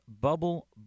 bubble